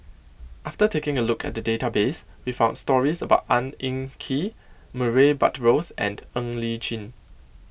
after taking a look at the database we found stories about Ang Hin Kee Murray Buttrose and Ng Li Chin